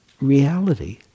reality